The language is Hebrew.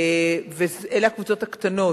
אלה הקבוצות הקטנות,